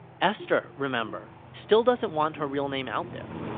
esther, remember, still doesn't want her real name out there.